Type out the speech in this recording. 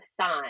sign